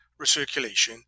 recirculation